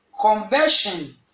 conversion